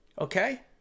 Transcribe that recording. Okay